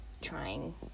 trying